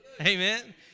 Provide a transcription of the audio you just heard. Amen